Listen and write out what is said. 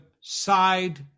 side